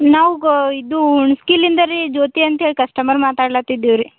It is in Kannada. ನಾವು ಗ ಇದು ಹುಣಿಸ್ಗಿಲ್ಲಿಂದ ರೀ ಜ್ಯೋತಿ ಅಂತ್ಹೇಳಿ ಕಸ್ಟಮರ್ ಮಾತಾಡ್ಲತ್ತಿದ್ದೀವಿ ರೀ